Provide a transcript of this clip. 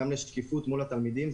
שקיפות מול התלמידים.